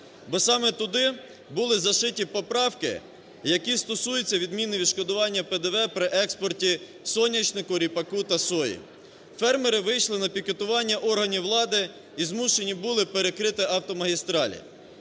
Бо саме туди були зашиті поправки, які стосуються відміни відшкодування ПДВ при експорті соняшника, ріпаку та сої. Фермери вийшли на пікетування органів влади і змушені були перекрити автомагістралі,